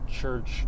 church